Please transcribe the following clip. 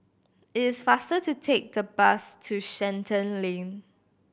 it is faster to take the bus to Shenton Lane